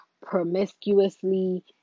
promiscuously